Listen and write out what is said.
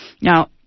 Now